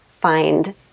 find